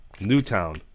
Newtown